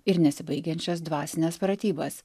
ir nesibaigiančias dvasines pratybas